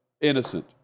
innocent